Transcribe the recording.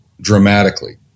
dramatically